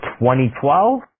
2012